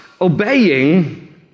obeying